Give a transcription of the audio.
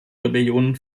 rebellion